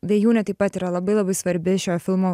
vėjūnė taip pat yra labai labai svarbi šio filmo